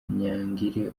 kanyangira